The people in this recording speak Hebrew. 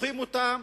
דוחים אותם